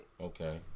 Okay